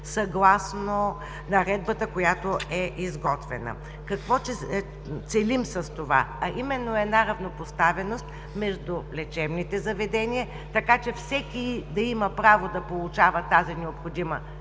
съгласно наредбата, която е изготвена. Какво целим с това? Равнопоставеност между лечебните заведения, така че всеки да има право да получава тази необходима